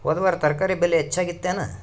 ಹೊದ ವಾರ ತರಕಾರಿ ಬೆಲೆ ಹೆಚ್ಚಾಗಿತ್ತೇನ?